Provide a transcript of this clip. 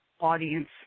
audience